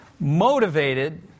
motivated